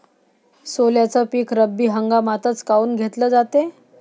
सोल्याचं पीक रब्बी हंगामातच काऊन घेतलं जाते?